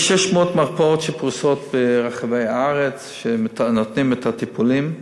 יש 600 מרפאות שפרוסות ברחבי הארץ ונותנות את הטיפולים.